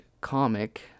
comic